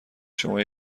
شما